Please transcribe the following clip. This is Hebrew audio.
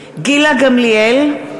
(קוראת בשמות חברי הכנסת) גילה גמליאל,